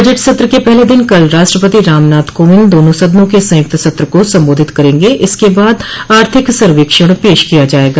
budget सत्र के पहले दिन कल राष्ट्रपति रामनाथ कोविंद दोनों सदनों के संयुक्त सत्र को सम्बोधित करेंगे इसके बाद आर्थिक सर्वेक्षण पेश किया जायेगा